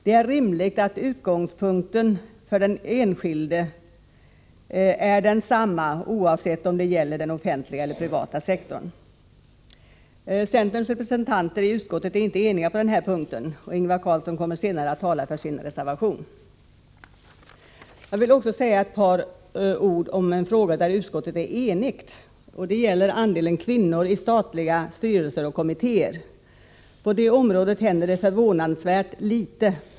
Det är rimligt att utgångspunkterna för den enskilde är desamma, oavsett om det gäller den 141 offentliga eller den privata sektorn. Centerns representanter i utskottet är inte eniga på den här punkten. Ingvar Karlsson i Bengtsfors kommer senare att tala för sin reservation. Jag vill också säga några ord om en fråga där utskottet är enigt. Det gäller andelen kvinnor i statliga styrelser och kommittéer. På det området händer det förvånansvärt litet.